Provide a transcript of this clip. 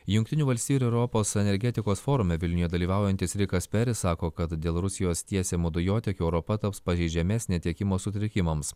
jungtinių valstijų ir europos energetikos forume vilniuje dalyvaujantis rikas peris sako kad dėl rusijos tiesiamo dujotiekio europa taps pažeidžiamesnė tiekimo sutrikimams